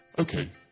Okay